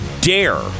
dare